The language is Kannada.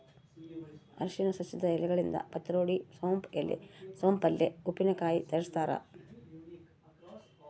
ಅರಿಶಿನ ಸಸ್ಯದ ಎಲೆಗಳಿಂದ ಪತ್ರೊಡೆ ಸೋಪ್ ಪಲ್ಯೆ ಉಪ್ಪಿನಕಾಯಿ ತಯಾರಿಸ್ತಾರ